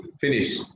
finish